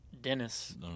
Dennis